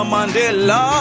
Mandela